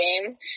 game